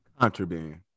contraband